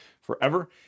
forever